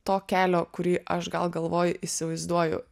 to kelio kurį aš gal galvoj įsivaizduoju